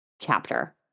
chapter